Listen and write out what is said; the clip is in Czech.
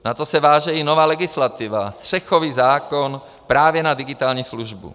Na to se váže i nová legislativa, střechový zákon právě na digitální službu.